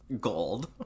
gold